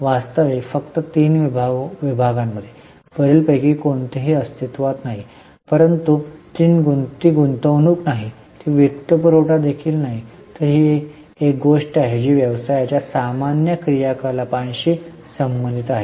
वास्तविक फक्त तीन विभागांमधे वरीलपैकी कोणतेही अस्तित्त्वात नाही परंतु ती गुंतवणूक नाही ती वित्तपुरवठा देखील नाही आणि ही एक गोष्ट आहे जी व्यवसायाच्या सामान्य क्रियाकलापांशी संबंधित आहे